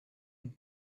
and